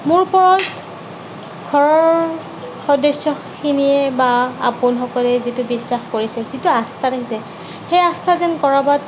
মোৰ ওপৰত ঘৰৰ সদস্যখিনিয়ে বা আপোনসকলে যিটো বিশ্বাস কৰিছে যিটো আস্থা দিছে সেই আস্থা যেন ক'ৰবাত